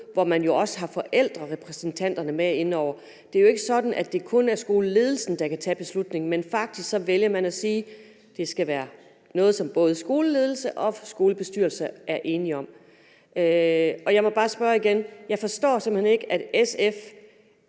hvor man også har forældrerepræsentanterne med inde over. Det er jo ikke sådan, at det kun er skoleledelsen, der kan tage beslutningen, men at man faktisk vælger at sige, at det skal være noget, som både skoleledelsen og skolebestyrelserne er enige om. Jeg må bare igen sige, at jeg simpelt hen ikke forstår,